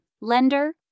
lender